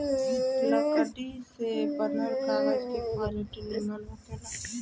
लकड़ी से बनल कागज के क्वालिटी निमन होखेला